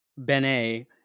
Benet